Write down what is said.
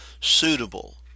suitable